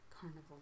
carnival